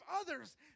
others